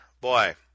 boy